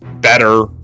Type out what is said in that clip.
better